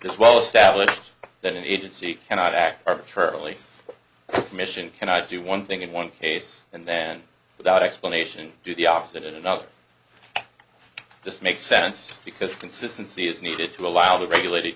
this well established that an agency cannot act arbitrarily commission cannot do one thing in one case and then without explanation do the opposite in another this makes sense because consistency is needed to allow the regulated